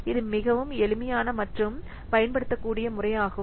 இது மிகவும் எளிமையான மற்றும் பயன்படுத்தக்கூடிய முறையாகும்